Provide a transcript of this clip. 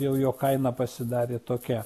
jau jo kaina pasidarė tokia